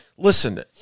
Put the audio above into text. Listen